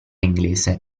inglese